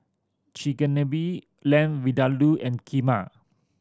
Chigenabe Lamb Vindaloo and Kheema